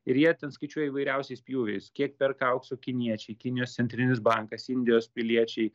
ir jie ten skaičiuoja įvairiausiais pjūviais kiek perka aukso kiniečiai kinijos centrinis bankas indijos piliečiai